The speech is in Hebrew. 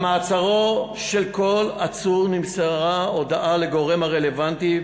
על מעצרו של כל עצור נמסרה הודעה לגורם הרלוונטי,